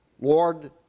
Lord